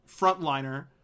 frontliner